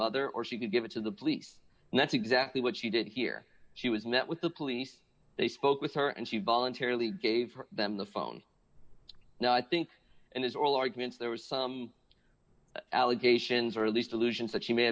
mother or she could give it to the police and that's exactly what she did here she was met with the police they spoke with her and she voluntarily gave them the phone now i think and as oral arguments there was some allegations or at least allusions that she may